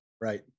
right